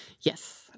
Yes